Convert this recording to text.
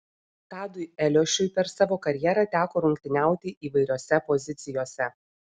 tadui eliošiui per savo karjerą teko rungtyniauti įvairiose pozicijose